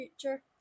future